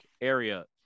area